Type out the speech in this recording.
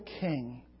king